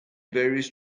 various